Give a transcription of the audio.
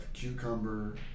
Cucumber